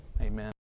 Amen